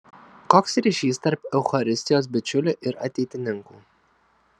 koks ryšys tarp eucharistijos bičiulių ir ateitininkų